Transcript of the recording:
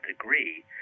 degree